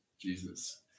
Jesus